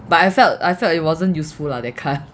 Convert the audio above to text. but I felt I felt it wasn't useful lah that card